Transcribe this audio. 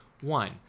one